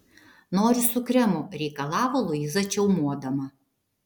noriu su kremu reikalavo luiza čiaumodama